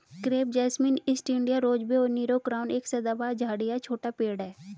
crepe jasmine, East India rosebay और Nero crown एक सदाबहार झाड़ी या छोटा पेड़ है